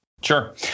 Sure